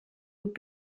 would